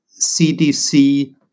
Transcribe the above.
CDC